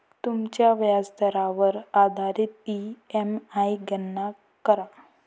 तुमच्या व्याजदरावर आधारित ई.एम.आई गणना करा